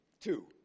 Two